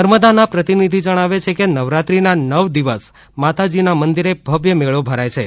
નર્મદાના પ્રતિભિધિ જણાવે છે કે નવરાત્રીના નવ દિવસ માતાજીના મંદિરે ભવ્ય મેળો ભરાય છે